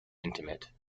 intimate